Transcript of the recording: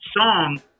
song